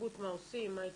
רוצים ללכת